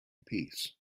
peace